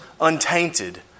untainted